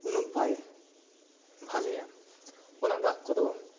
ᱩᱱᱟᱹᱜ ᱵᱟᱭ ᱵᱷᱟᱞᱮᱭᱟ ᱚᱱᱟ ᱫᱟᱜ ᱠᱚᱫᱚ